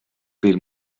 del